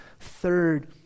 third